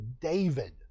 David